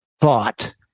thought